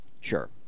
Sure